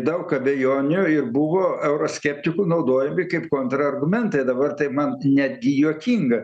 daug abejonių ir buvo euroskeptikų naudojami kaip kontrargumentai dabar taip man netgi juokinga